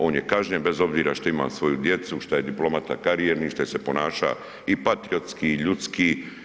On je kažnjen bez obzira što ima svoju djecu, šta je diplomata karijerni, šta je se ponaša i patriotski i ljudski.